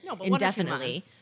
indefinitely